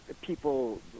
people